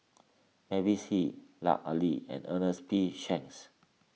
Mavis Hee Lut Ali and Ernest P Shanks